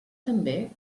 també